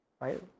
Right